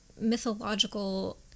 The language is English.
mythological